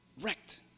Wrecked